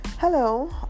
hello